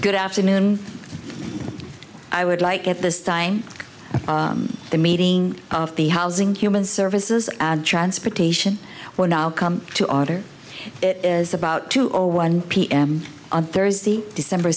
good afternoon i would like at this time the meeting of the housing human services transportation we're now come to order it is about two or one p m on thursday december